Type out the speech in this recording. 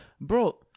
bro